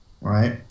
right